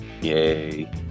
yay